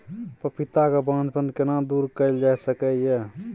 पपीता के बांझपन केना दूर कैल जा सकै ये?